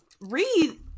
read